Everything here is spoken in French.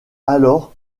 alors